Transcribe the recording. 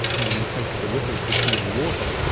i mean in the case of the ripples we see on water,